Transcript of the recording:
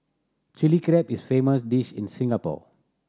Chilli Crab is famous dish in Singapore